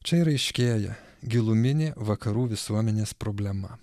čia ir aiškėja giluminė vakarų visuomenės problema